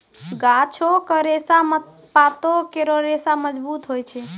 गाछो क रेशा म पातो केरो रेशा मजबूत होय छै